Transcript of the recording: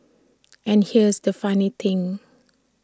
and here's the funny thing